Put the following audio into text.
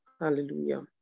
Hallelujah